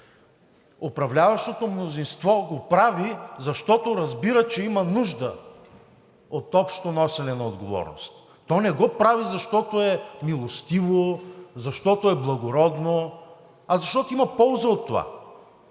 Управляващото мнозинство го прави, защото разбира, че има нужда от общо носене на отговорност. То не го прави, защото е милостиво, защото е благородно, а защото има полза от това